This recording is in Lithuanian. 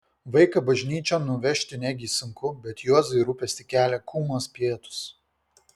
vaiką bažnyčion nuvežti negi sunku bet juozui rūpestį kelia kūmos pietūs